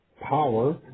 power